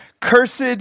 Cursed